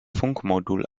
funkmodul